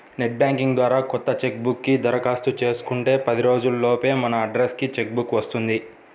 net banking ద్వారా కొత్త cheque book కి దరఖాస్తు చేసుకుంటే పది రోజుల లోపే మన అడ్రస్ కి చెక్ బుక్ వస్తుంది